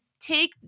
take